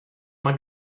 mae